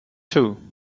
two